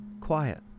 quiet